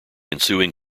ensuing